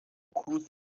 کوس